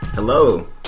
Hello